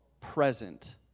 present